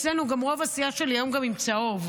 אצלנו רוב הסיעה שלי היום גם עם צהוב.